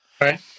Right